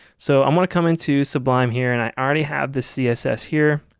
so i'm going to come into sublime here and i already have the css here.